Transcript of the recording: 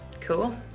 cool